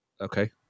okay